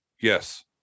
Yes